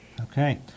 Okay